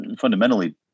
fundamentally